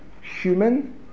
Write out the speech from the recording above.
human